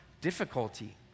difficulty